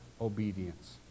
obedience